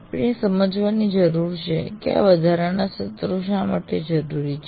આપણે સમજવાની જરૂર છે કે આ વધારાના સત્રો શા માટે જરૂરી છે